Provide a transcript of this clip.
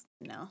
no